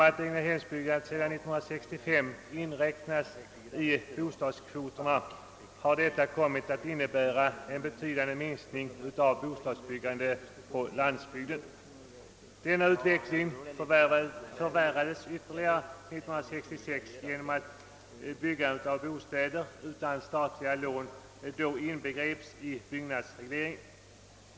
Att egnahemsbyggandet sedan 1965 inräknas i bostadskvoten har kommit att innebära en betydande minskning av bostadsbyggandet på landsbygden. Denna utveckling förvärrades ytterligare 1966 genom att byggandet av bostäder utan statliga lån då inbegreps i byggnadsregleringen.